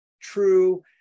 true